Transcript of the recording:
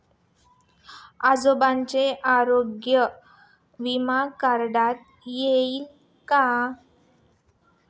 आजोबांचा आरोग्य विमा काढता येईल का?